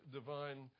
divine